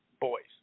boys